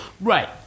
Right